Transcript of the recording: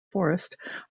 forest